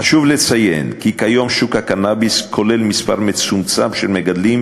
חשוב לציין כי כיום שוק הקנאביס כולל מספר מצומצם של מגדלים,